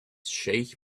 sheikh